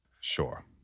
Sure